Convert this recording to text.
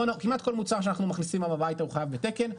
כמעט כל מוצר שאנחנו מכניסים הביתה חייב בתקן,